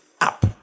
up